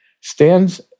stands